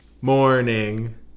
morning